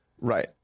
right